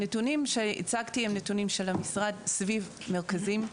הנתונים שהצגתי הם נתונים של המשרד סביב מרכזים.